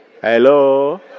Hello